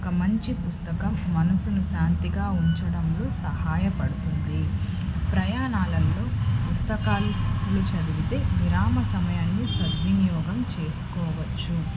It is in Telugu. ఒక మంచి పుస్తకం మనసును శాంతిగా ఉంచడంలో సహాయపడుతుంది ప్రయాణాలల్లో పుస్తకాలు చదివితే విరామ సమయాన్ని సద్వినియోగం చేసుకోవచ్చు